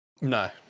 No